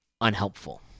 unhelpful